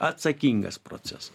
atsakingas procesas